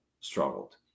struggled